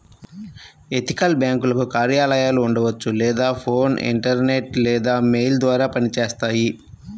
ethical బ్యేంకులకు కార్యాలయాలు ఉండవచ్చు లేదా ఫోన్, ఇంటర్నెట్ లేదా మెయిల్ ద్వారా పనిచేస్తాయి